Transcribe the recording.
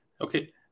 Okay